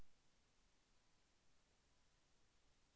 పంట పెరుగుదల ఎన్ని దశలలో జరుగును?